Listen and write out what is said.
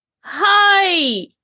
Hi